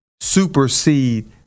supersede